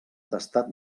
tastat